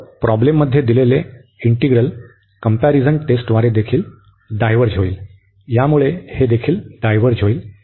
तर प्रॉब्लेममध्ये दिले गेलेले इंटीग्रल कंम्पॅरिझन टेस्टद्वारे देखील डायव्हर्ज होईल यामुळे हे देखील डायव्हर्ज होईल